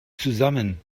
zusammen